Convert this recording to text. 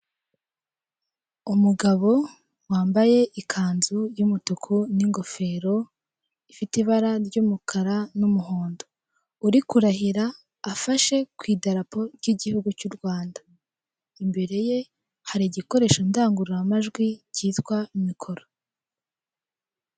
Umugabo wambaye ikanzu y'umutuku n'ingofero ifite ibara ry'umukara n'umuhondo, uri kurahira afashe ku idarapo ry'igihugu cy'u rwanda imbere ye hari igikoresho ndangururamajwi cyitwa mikoro.